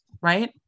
Right